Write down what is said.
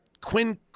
Quinn